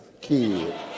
kid